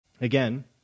again